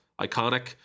Iconic